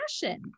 fashion